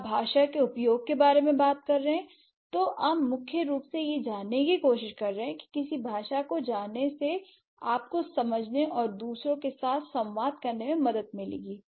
जब आप भाषा के उपयोग के बारे में बात कर रहे हैं तो आप मुख्य रूप से यह जानने की कोशिश कर रहे हैं कि किसी भाषा को जानने से आपको समझने और दूसरों के साथ संवाद करने में मदद मिलेगी